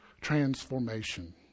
transformation